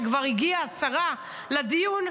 כשכבר הגיעה שרה לדיון,